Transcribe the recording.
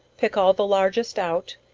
pick all the largest out,